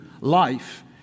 life